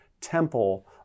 temple